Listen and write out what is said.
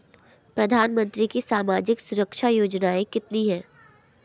प्रधानमंत्री की सामाजिक सुरक्षा योजनाएँ कितनी हैं?